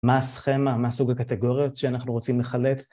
מה הסכמה, מה הסוג הקטגוריות שאנחנו רוצים לחלט